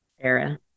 era